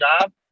job